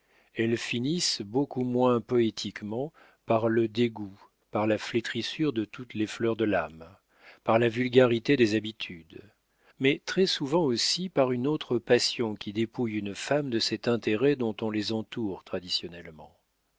elles finissent beaucoup moins poétiquement par le dégoût par la flétrissure de toutes les fleurs de l'âme par la vulgarité des habitudes mais très-souvent aussi par une autre passion qui dépouille une femme de cet intérêt dont on les entoure